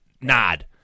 nod